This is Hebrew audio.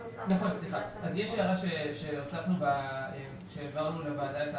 הערה שהעברנו לוועדה.